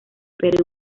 pero